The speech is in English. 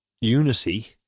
unity